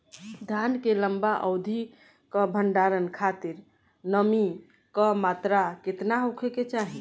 धान के लंबा अवधि क भंडारण खातिर नमी क मात्रा केतना होके के चाही?